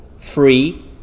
free